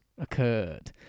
occurred